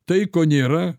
tai ko nėra